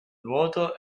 nuoto